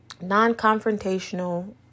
non-confrontational